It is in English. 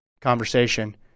conversation